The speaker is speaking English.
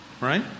Right